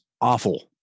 awful